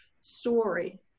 story